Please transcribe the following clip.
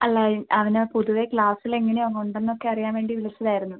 അല്ല അവൻ പൊതുവെ ക്ലാസിൽ എങ്ങനെ ഉണ്ടെന്നൊക്കെ അറിയാൻ വേണ്ടി വിളിച്ചതായിരുന്നു